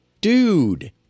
Dude